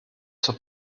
zur